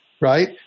right